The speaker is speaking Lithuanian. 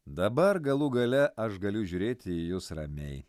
dabar galų gale aš galiu žiūrėti į jus ramiai